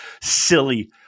silly